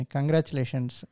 Congratulations